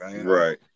right